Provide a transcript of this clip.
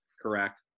correct